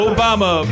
Obama